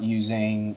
using